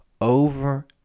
over